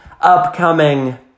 upcoming